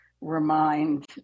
remind